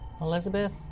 Elizabeth